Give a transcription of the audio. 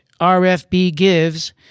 RFBGIVES